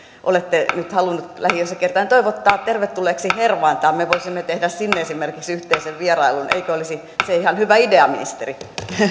olette nyt halunnut lähiöissä kiertää toivottaa tervetulleeksi hervantaan me me voisimme tehdä sinne esimerkiksi yhteisen vierailun eikö olisi se ihan hyvä idea ministeri